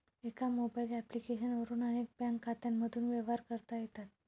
एका mobile application वरून अनेक बँक खात्यांमधून व्यवहार करता येतात